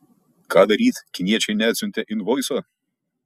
ką daryt kiniečiai neatsiuntė invoiso